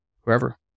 whoever